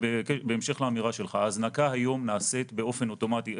בהמשך לאמירה שלך: ההזנקה נעשית היום באופן אוטומטי.